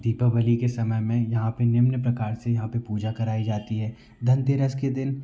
दीपावली के समय में यहाँ पर निम्न प्रकार से यहाँ पर पूजा कराई जाती है धनतेरस के दिन